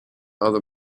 other